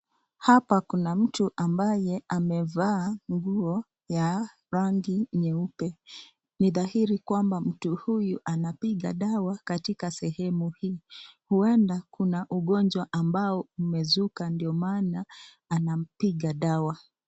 Hapa kuna mtu ambaye amevaa nguo ya rangi nyeupe ni dhahiri kwamba mtu huyu anapika dawa katika sehemu hii , huenda kuna ugonjwa umezuka ndio maana anapika dawa.